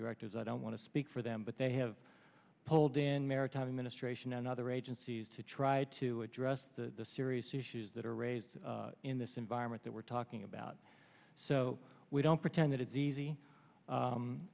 directors i don't want to speak for them but they have pulled in maritime administration and other agencies to try to address the serious issues that are raised in this environment that we're talking about so we don't pretend it is easy